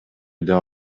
деп